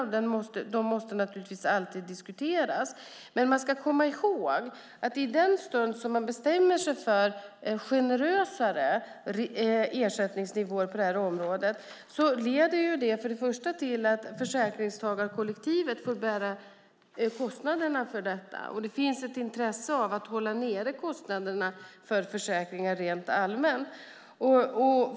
De måste alltid diskuteras. Men man ska komma ihåg att i den stund man bestämmer sig för generösare ersättningsnivåer på detta område leder det för det första till att försäkringstagarkollektivet vår bära kostnaderna för detta. Det finns ett intresse av att hålla nere kostnaderna för försäkringar rent allmänt.